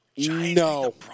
No